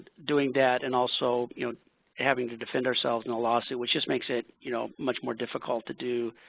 doing that. and also having to defend ourselves in a lawsuit, which just makes it you know much more difficult to do